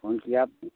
phone किया आपने